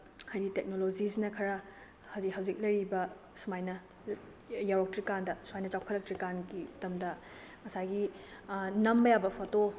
ꯍꯥꯏꯗꯤ ꯇꯦꯛꯅꯣꯂꯣꯖꯤꯁꯤꯅ ꯈꯔ ꯍꯧꯖꯤꯛ ꯂꯩꯔꯤꯕ ꯁꯨꯃꯥꯏꯅ ꯌꯧꯔꯛꯇ꯭ꯔꯤꯀꯥꯟꯗ ꯁꯨꯃꯥꯏꯅ ꯆꯥꯎꯈꯠꯂꯛꯇ꯭ꯔꯤꯀꯥꯟꯒꯤ ꯃꯇꯝꯗ ꯉꯁꯥꯏꯒꯤ ꯅꯝꯕ ꯌꯥꯕ ꯐꯣꯇꯣ